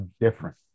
different